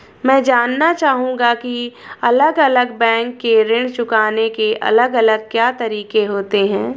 मैं जानना चाहूंगा की अलग अलग बैंक के ऋण चुकाने के अलग अलग क्या तरीके होते हैं?